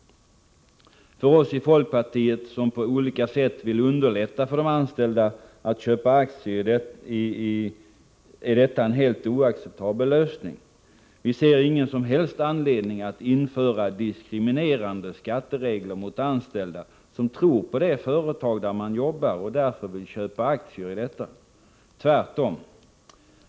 För oss i folkpartiet, som på olika sätt vill underlätta för de anställda att köpa aktier, är detta en helt oacceptabel lösning. Vi ser ingen som helst anledning att införa diskriminerande skatteregler mot anställda som tror på det företag där de jobbar och därför vill köpa aktier i detta. Tvärtom!